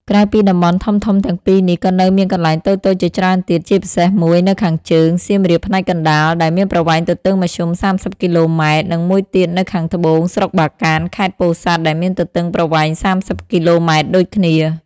ក្រៅពីតំបន់ធំៗទាំងពីរនេះ ក៏នៅមានកន្លែងតូចៗជាច្រើនទៀត ជាពិសេសមួយនៅខាងជើង សៀមរាបផ្នែកកណ្ដាល ដែលមានប្រវែងទទឹងមធ្យម ៣០ គីឡូម៉ែត្រ និងមួយទៀតនៅខាងត្បូង ស្រុកបាកាន ខេត្តពោធិ៍សាត់ ដែលមានទទឹងប្រវែង ៣០ គីឡូម៉ែត្រដូចគ្នា។